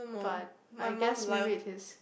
but I guess maybe it is